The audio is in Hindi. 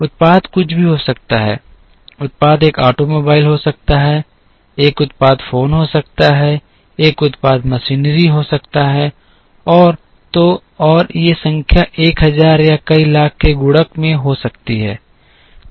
उत्पाद कुछ भी हो सकता है उत्पाद एक ऑटोमोबाइल हो सकता है एक उत्पाद फोन हो सकता है एक उत्पाद मशीनरी हो सकता है और तो और ये संख्या 1000 या कई लाख के गुणक में हो सकती है